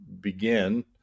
begin